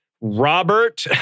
Robert